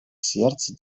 сердца